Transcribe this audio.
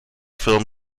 film